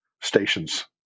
stations